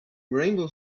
rainbow